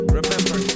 remember